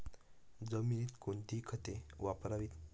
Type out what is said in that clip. जमिनीत कोणती खते वापरावीत?